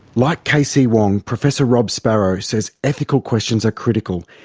like k. c. wong, professor rob sparrow says ethical questions are critical,